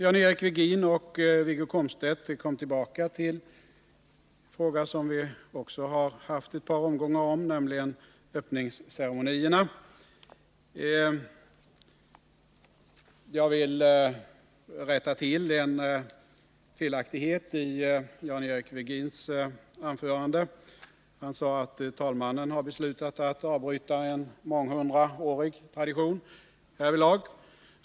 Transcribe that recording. Jan-Eric Virgin och Wiggo Komstedt kom tillbaka till en fråga som vi också har haft ett par omgångar om, nämligen frågan om öppningsceremonierna. Jag vill rätta till en felaktighet i Jan-Eric Virgins anförande. Han sade att talmannen har beslutat att avbryta en månghundraårig tradition härvidlag.